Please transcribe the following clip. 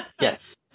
Yes